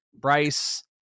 Bryce